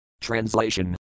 Translation